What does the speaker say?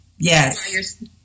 Yes